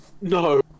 No